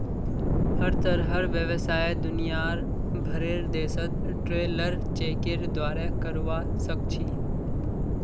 हर तरहर व्यवसाय दुनियार भरेर देशत ट्रैवलर चेकेर द्वारे करवा सख छि